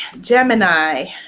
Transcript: Gemini